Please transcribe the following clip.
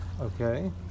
Okay